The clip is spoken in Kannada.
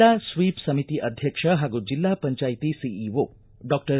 ಜಿಲ್ಲಾ ಸ್ವೀಷ್ ಸಮಿತಿ ಅಧ್ಯಕ್ಷ ಹಾಗೂ ಜಿಲ್ಲಾ ಪಂಚಾಯ್ತಿ ಸೀರ್ಟ ಡಾಕ್ಟರ್